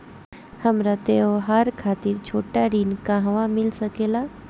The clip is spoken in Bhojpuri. हमरा त्योहार खातिर छोटा ऋण कहवा मिल सकेला?